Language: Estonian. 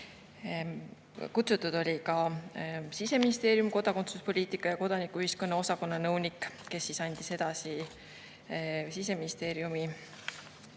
Kutsutud oli ka Siseministeeriumi kodakondsuspoliitika ja kodanikuühiskonna osakonna nõunik, kes andis edasi Siseministeeriumi